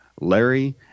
Larry